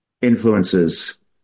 Influences